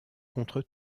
contre